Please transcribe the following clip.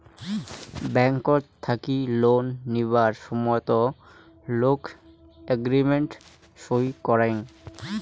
ব্যাংকট থাকি লোন নিবার সময়ত লোক এগ্রিমেন্ট সই করাং